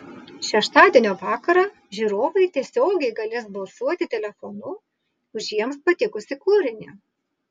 šeštadienio vakarą žiūrovai tiesiogiai galės balsuoti telefonu už jiems patikusį kūrinį